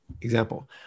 example